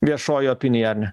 viešoji opinija ar ne